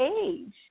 age